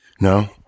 No